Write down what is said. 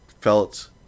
felt